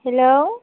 hello